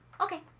Okay